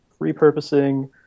repurposing